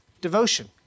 devotion